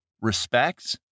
respects